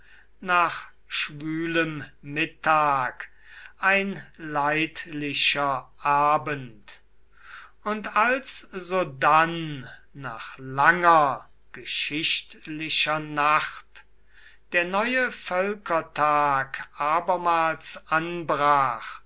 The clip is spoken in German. nach schwülem mittag ein leidlicher abend und als sodann nach langer geschichtlicher nacht der neue völkertag abermals anbrach